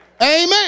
Amen